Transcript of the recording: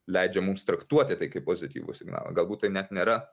leidžia mums traktuoti tai kaip pozityvų signalą galbūt tai net nėra